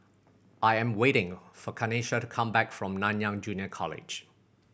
I am waiting for Kanesha to come back from Nanyang Junior College